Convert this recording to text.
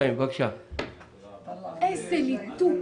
בגלל זה אתה סוגר סניפים?